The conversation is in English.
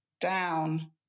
down